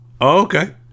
okay